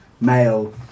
male